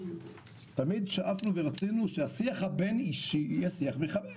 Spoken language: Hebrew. תמיד שאפנו ורצינו שהשיח הבין-אישי יהיה שיח מכבד.